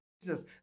Jesus